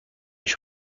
شما